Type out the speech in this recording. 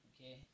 okay